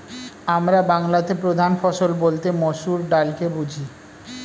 আমরা বাংলাতে প্রধান ফসল বলতে মসুর ডালকে বুঝি